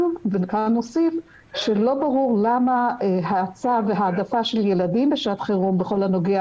גם לא ברור למה האצה והעדפה של ילדים בשעת חירום בכל הנוגע